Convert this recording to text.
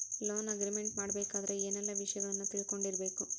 Loan agreement ಮಾಡ್ಬೆಕಾದ್ರ ಏನೆಲ್ಲಾ ವಿಷಯಗಳನ್ನ ತಿಳ್ಕೊಂಡಿರ್ಬೆಕು?